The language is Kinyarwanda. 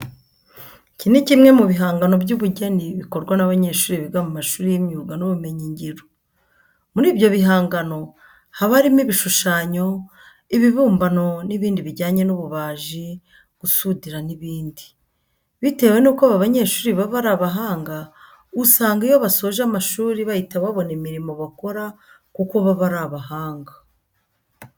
Iki ni kimwe mu bihangano by'ubugeni bikorwa n'abanyeshuri biga mu mashuri y'imyuga n'ibumenyingiro. Muri ibyo bihangano haba harimo ibishushanyo, ibibumbano n'ibindi bijyanye n'ububaji, gusudira n'ibindi. Bitewe nuko aba banyeshuri baba ari abahanga usanga iyo basoje amashuri bahita babona imirimo bakora kuko baba ari abahanga.